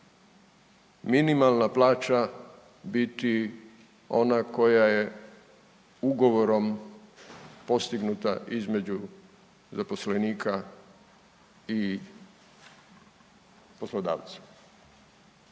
minimalna plaća biti ona koja je ugovorom postignuta između zaposlenika i poslodavca.